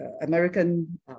American